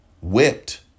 whipped